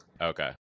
okay